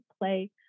play